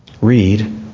read